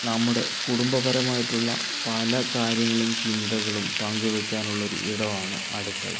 നമ്മുടെ കുടുംബപരമായിട്ടുള്ള പല കാര്യങ്ങളും ചിന്തകളും പങ്കു വയ്ക്കാനുള്ളൊരു ഒരു ഇടമാണ് അടുക്കള